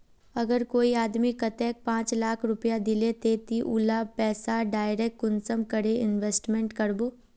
अगर कोई आदमी कतेक पाँच लाख रुपया दिले ते ती उला पैसा डायरक कुंसम करे इन्वेस्टमेंट करबो?